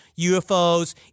UFOs